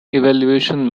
evaluation